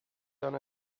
done